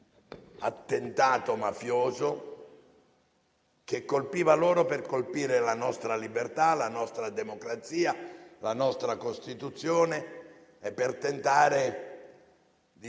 attentato mafioso che colpiva loro per colpire la nostra libertà, la nostra democrazia, la nostra Costituzione, e per tentare di